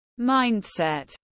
mindset